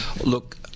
Look